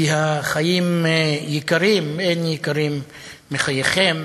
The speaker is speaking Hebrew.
כי החיים יקרים, אין יקרים מחייכם,